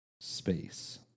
space